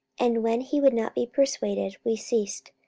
and when he would not be persuaded, we ceased,